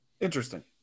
interesting